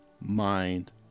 mind